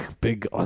big